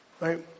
Right